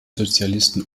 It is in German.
sozialisten